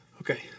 okay